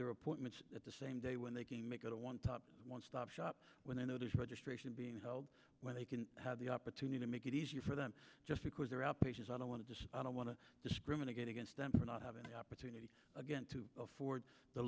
their appointments at the same day when they can make it to one top one stop shop when they know there's registration being held where they can have the opportunity to make it easier for them just because their operations i don't want to i don't want to discriminate against them for not having the opportunity again to afford the